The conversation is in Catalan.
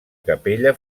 capella